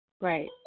Right